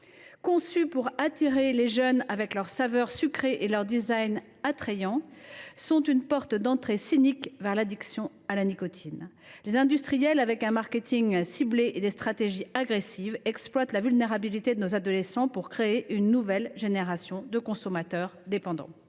conçus pour attirer les jeunes avec leur saveur sucrée et leur design attrayant, sont une porte d’entrée vers l’addiction à la nicotine. Grâce à un marketing ciblé et des stratégies agressives, les industriels exploitent la vulnérabilité de nos adolescents pour créer une nouvelle génération de consommateurs dépendants.